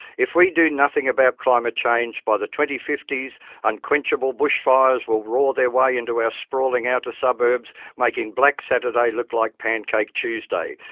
if we do nothing about climate change, by the twenty fifty s unquenchable bushfires will roar their way into our sprawling outer suburbs, making black saturday look like pancake tuesday.